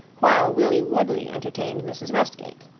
while willie woodley entertained mrs. westgate.